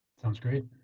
sounds great